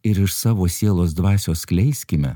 ir iš savo sielos dvasios skleiskime